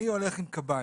אני הולך עם קביים.